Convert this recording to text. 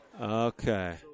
Okay